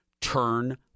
turn